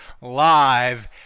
live